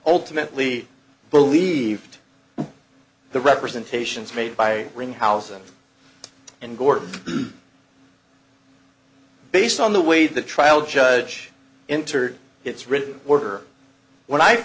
ultimately believed the representations made by greenhouses and gore based on the way the trial judge entered its written order when i